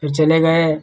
फिर चले गए